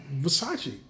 Versace